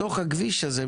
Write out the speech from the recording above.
מתוך הכביש הזה,